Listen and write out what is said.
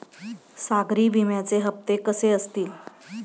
सागरी विम्याचे हप्ते कसे असतील?